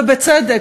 ובצדק,